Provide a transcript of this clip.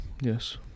Yes